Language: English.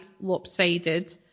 lopsided